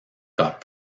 got